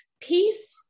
peace